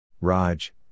Raj